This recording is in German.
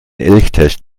elchtest